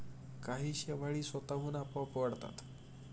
काही शेवाळी स्वतःहून आपोआप वाढतात